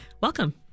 Welcome